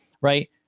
right